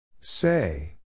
Say